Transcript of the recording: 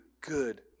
good